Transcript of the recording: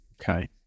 okay